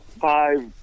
five